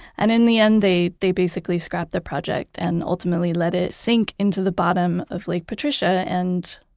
and in the end they they basically scrap the project and, ultimately, let it sink into the bottom of lake patricia. and,